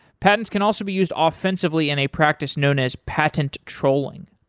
patents can also be used offensively in a practice known as patent trolling.